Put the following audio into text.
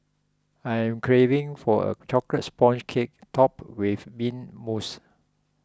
I am craving for a Chocolate Sponge Cake Topped with Mint Mousse